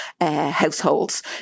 households